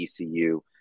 ECU